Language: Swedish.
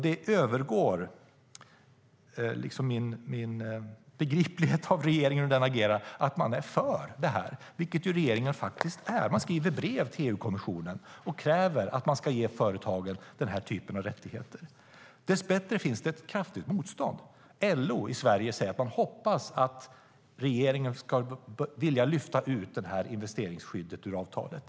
Det övergår mitt förstånd att regeringen agerar som den gör och att den är för det här, vilket ju regeringen faktiskt är. Regeringen skriver brev till EU-kommissionen och kräver att man ska ge företagen den här typen av rättigheter. Dessbättre finns det ett kraftigt motstånd. LO i Sverige säger att man hoppas att regeringen ska vilja lyfta ut investeringsskyddet ur avtalet.